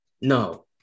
no